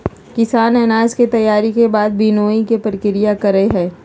किसान अनाज के तैयारी के बाद विनोइंग के प्रक्रिया करई हई